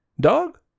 dog